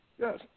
Yes